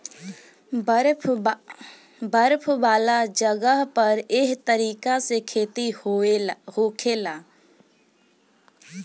बर्फ वाला जगह पर एह तरीका से खेती होखेला